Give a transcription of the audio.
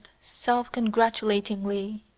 self-congratulatingly